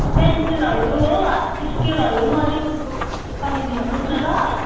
पेन्सिलहरू हो स्केलहरू पनि अलिक पठाइदिनुहोस् न ल